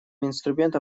инструментом